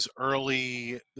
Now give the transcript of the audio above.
early